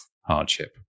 hardship